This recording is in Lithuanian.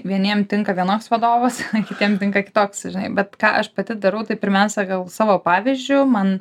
vieniem tinka vienoks vadovas kitiem tinka kitoks žinai bet ką aš pati darau tai pirmiausia gal savo pavyzdžiu man